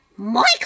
Michael